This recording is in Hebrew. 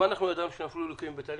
גם אנחנו ידענו שנפלו ליקויים בתהליך